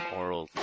oral